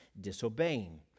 disobeying